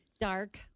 Dark